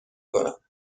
کنم